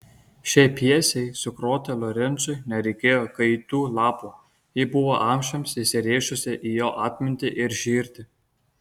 šiai pjesei sugroti lorencui nereikėjo gaidų lapo ji buvo amžiams įsirėžusi į jo atmintį ir širdį